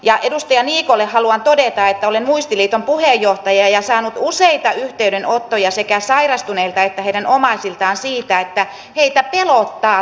ja edustaja niikolle haluan todeta että olen muistiliiton puheenjohtaja ja saanut useita yhteydenottoja sekä sairastuneilta että heidän omaisiltaan siitä että heitä pelottaa tulevaisuus